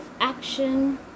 action